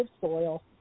soil